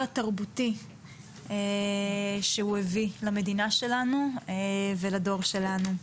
התרבותי שהוא הביא למדינה שלנו ולדור שלנו.